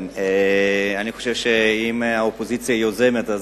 אם האופוזיציה יוזמת,